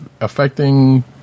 affecting